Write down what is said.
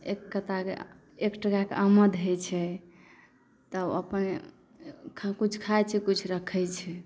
एक कता टकाके आमद होइ छै तऽ अपन किछु खाइ छै किछु रखै छै